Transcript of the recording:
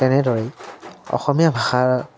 তেনেদৰেই অসমীয়া ভাষাৰ